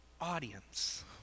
audience